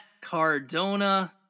Cardona